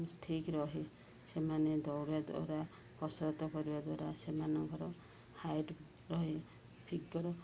ଠିକ୍ ରୁହେ ସେମାନେ ଦୌଡ଼ିବା ଦ୍ୱାରା କସରତ କରିବା ଦ୍ୱାରା ସେମାନଙ୍କର ହାଇଟ ରୁହେ ଫିଗର